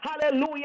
hallelujah